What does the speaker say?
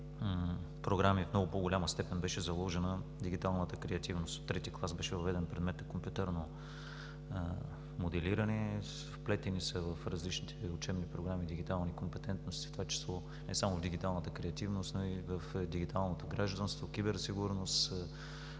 програми в много по-голяма степен беше заложена дигиталната креативност – в III клас беше въведен предметът „Компютърно моделиране“. Вплетени са в различните учебни програми дигитални компетентности, в това число не само дигиталната креативност, но и в дигиталното гражданство, киберсигурност,